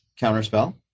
Counterspell